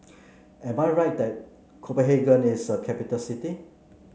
am I right that Copenhagen is a capital city